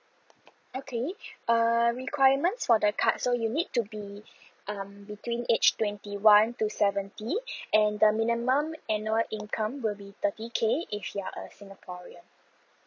okay err requirements for the card so you need to be um between age twenty one to seventy and the minimum annual income will be thirty K if you're a singaporean